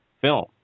film